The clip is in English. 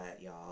y'all